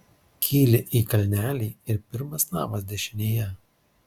kyli į kalnelį ir pirmas namas dešinėje